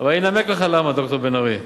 אבל אני אנמק לך, ד"ר בן-ארי.